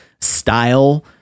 style